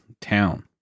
town